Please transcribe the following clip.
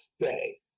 stay